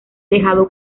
tejado